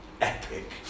epic